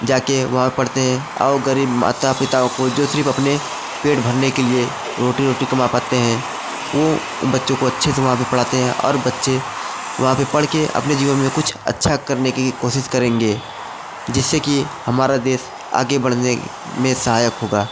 जाकर वहाँ पढ़ते हैं और गरीब माता पिताओं को जो सिर्फ़ अपने पेट भरने के लिए रोटी ओटी कमा पाते हैं वह बच्चों को अच्छे से वहाँ पर पढ़ाते हैं और बच्चे वहाँ पर पढ़कर अपने जीवन में कुछ अच्छा करने की कोशिश करेंगे जिससे कि हमारा देश आगे बढ़ने में सहायक होगा